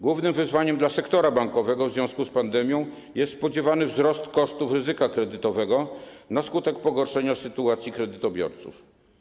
Głównym wyzwaniem dla sektora bankowego w związku z pandemią jest spodziewany wzrost kosztów ryzyka kredytowego na skutek pogorszenia sytuacji kredytobiorców.